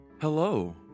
Hello